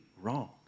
wrong